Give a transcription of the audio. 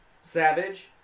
Savage